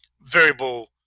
variable